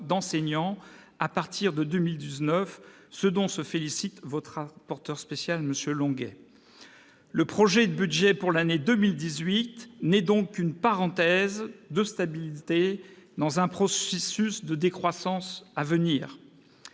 d'enseignants à partir de 2019, ce dont se félicite d'ailleurs le rapporteur spécial, M. Longuet. Absolument ! Le projet de budget pour l'année 2018 n'est donc qu'une parenthèse de stabilité dans un processus de décroissance à venir.